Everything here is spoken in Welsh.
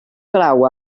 draw